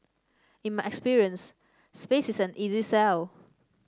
in my experience space is an easy sell